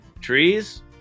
trees